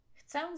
Chcę